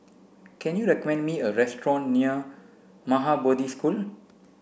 can you recommend me a restaurant near Maha Bodhi School